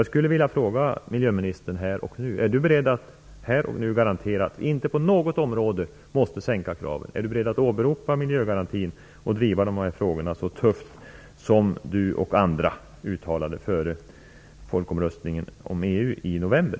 Jag skulle vilja fråga om miljöministern är beredd att här och nu garantera att vi inte på något område behöver sänka kraven och om hon är beredd att åberopa miljögarantin och driva dessa frågor så tufft som hon och andra lovade inför folkomröstningen om EU i november.